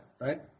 right